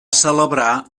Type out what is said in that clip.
celebrar